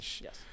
yes